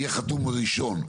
אהיה חתום ראשון.